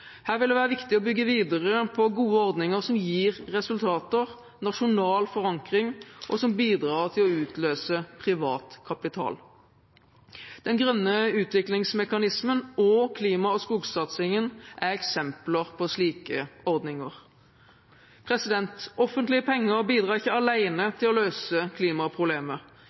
Her vil det være viktig å bygge videre på gode ordninger som gir resultater, nasjonal forankring, og som bidrar til å utløse privat kapital. Den grønne utviklingsmekanismen og klima- og skogsatsingen er eksempler på slike ordninger. Offentlige penger bidrar ikke alene til å løse klimaproblemet.